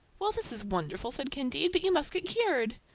well, this is wonderful! said candide, but you must get cured.